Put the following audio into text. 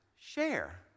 Share